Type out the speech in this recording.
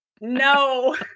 no